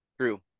True